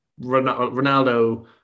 Ronaldo